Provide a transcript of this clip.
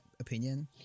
opinion